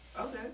Okay